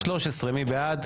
126, מי בעד?